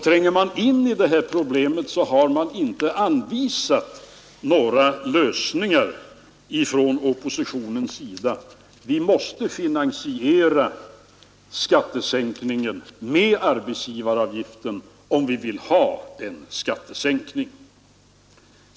Tränger man in i det här problemet finner man alltså att oppositionen inte har anvisat några lösningar. Vi måste finansiera skattesänkningen med arbetsgivaravgiften, om vi vill ha en skattesänkning.